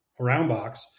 Roundbox